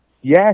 Yes